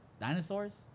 dinosaurs